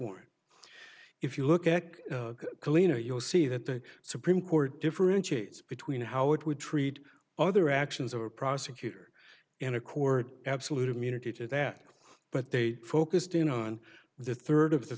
warrant if you look at cleaner you'll see that the supreme court differentiates between how it would treat other actions of a prosecutor in accord absolute immunity to that but they focused in on the third of the